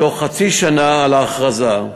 בתוך חצי שנה על ההכרזה.